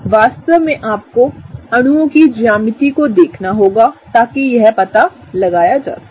वास्तव में आपको अणुओं की ज्यामिति को देखना होगा ताकि यह पता लगाया जा सके